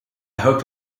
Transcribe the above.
hope